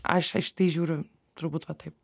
aš aš į tai žiūriu turbūt va taip